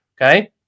okay